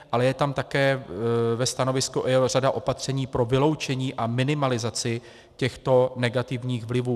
Ale je tam také ve stanovisko i řada opatření pro vyloučení a minimalizaci těchto negativních vlivů.